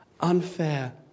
Unfair